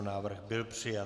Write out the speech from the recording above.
Návrh byl přijat.